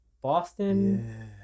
Boston